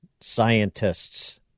scientists